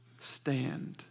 Stand